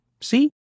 See